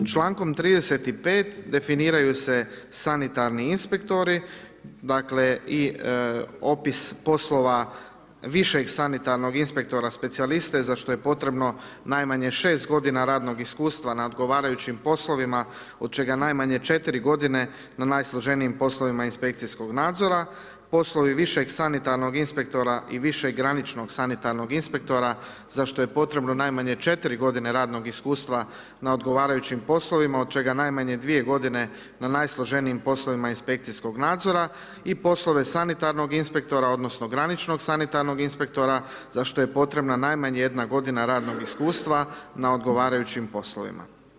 Člankom 35. definiraju se sanitarni inspektori dakle i opis poslova višeg sanitarnog inspektora specijaliste za što je potrebno najmanje 6 godina radnog iskustva na odgovarajućim poslovima od čega najmanje 4 godine na najsloženijim poslovima inspekcijskog nadzora, poslovi višeg sanitarnog inspektora i višegraničnog sanitarnog inspektora za što je potrebno najmanje 4 godine radnog iskustva na odgovarajućim poslovima od čega najmanje 2 godine na najsloženijim poslovima inspekcijskog nadzora i poslove sanitarnog inspektora, odnosno graničnog sanitarnog inspektora za što je potrebna najmanje 1 godina radnog iskustva na odgovarajućim poslovima.